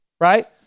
right